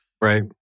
Right